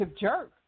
jerk